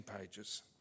pages